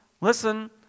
listen